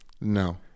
No